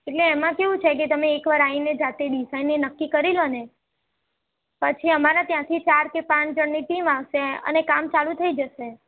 એટલે એમાં કેવું છે કે તમે એકવાર આવીને જાતે ડીઝાઈન ને એ નક્કી કરી લો ને પછી અમારા ત્યાંથી ચાર કે પાંચ જણની ટીમ આવશે અને કામ ચાલું થઈ જશે